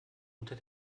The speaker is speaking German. unter